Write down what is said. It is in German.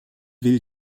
will